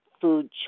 food